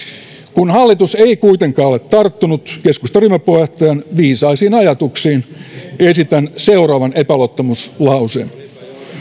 kun hallitus ei kuitenkaan ole tarttunut keskustan ryhmäpuheenjohtajan viisaisiin ajatuksiin esitän seuraavan epäluottamuslauseen